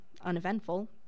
uneventful